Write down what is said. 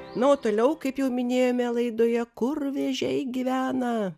na o toliau kaip jau minėjome laidoje kur vėžiai gyvena